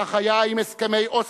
כך היה עם הסכמי אוסלו.